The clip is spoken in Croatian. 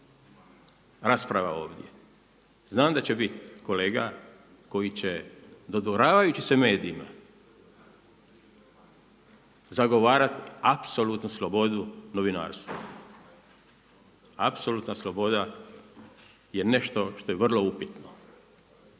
rasprava ovdje. Znam da će biti kolega koji će dodvoravajući se medijima zagovarati apsolutnu slobodu novinarstva, apsolutna sloboda je nešto što je vrlo upitno.